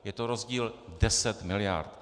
Je to rozdíl 10 mld.